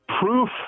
Proof